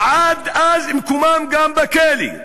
ועד אז מקומם גם בכלא.